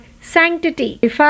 sanctity